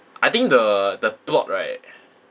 I think the the plot right